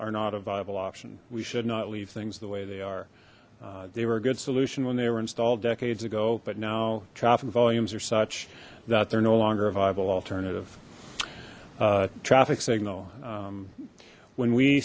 are not a viable option we should not leave things the way they are they were a good solution when they were installed decades ago but now traffic volumes are such that they're no longer a viable alternative traffic signal when we